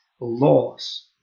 laws